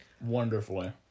Wonderfully